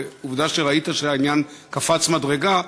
ועובדה שראית שהעניין קפץ מדרגה,